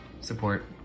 Support